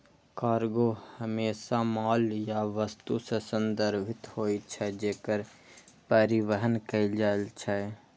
cargo हमेशा माल या वस्तु सं संदर्भित होइ छै, जेकर परिवहन कैल जाइ छै